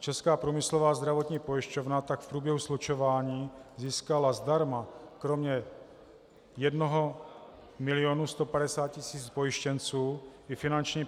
Česká průmyslová zdravotní pojišťovna tak v průběhu slučování získala zdarma kromě 1 milionu 150 tisíc pojištěnců i finanční